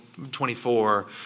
24